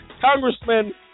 Congressman